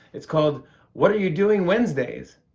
it's called what are you doing wednesdays.